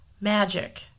magic